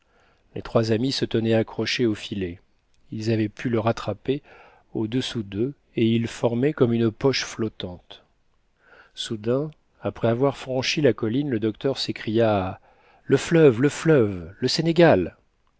les trois amis se tenaient accrochés au filet ils avaient pu le rattacher au-dessous d'eux et il formait comme une poche flottante soudain après avoir franchi la colline le docteur s'écria le fleuve le fleuve le sénégal